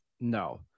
no